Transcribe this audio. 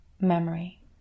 memory